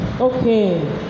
Okay